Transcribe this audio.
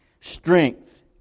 Strength